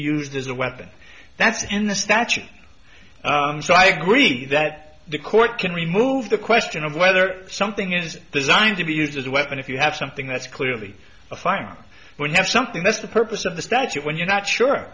used as a weapon that's in the statute so i agree that the court can remove the question of whether something is designed to be used as a weapon if you have something that's clearly a fine when you have something that's the purpose of the statute when you're not sure